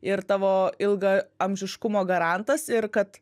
ir tavo ilgaamžiškumo garantas ir kad